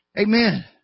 Amen